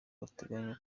bateganya